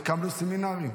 הקמנו סמינרים.